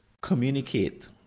communicate